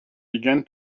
began